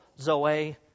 Zoe